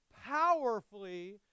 powerfully